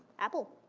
apple.